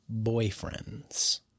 boyfriends